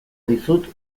dizut